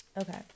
Okay